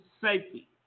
safety